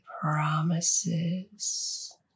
promises